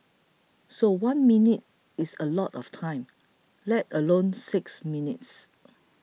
so one minute is a lot of time let alone six minutes